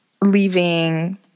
leaving